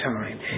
time